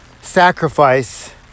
sacrifice